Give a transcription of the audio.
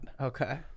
Okay